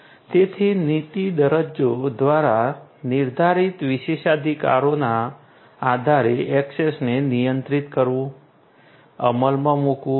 તેથી નીતિ દસ્તાવેજો દ્વારા નિર્ધારિત વિશેષાધિકારોના આધારે ઍક્સેસને નિયંત્રિત કરવું અમલમાં મૂકવું જોઈએ